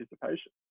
participation